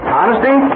honesty